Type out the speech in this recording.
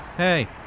Hey